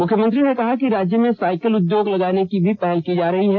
मुख्यमंत्री ने कहा कि राज्य में साइकिल उद्योग लगाने की भी पहल की जा रही है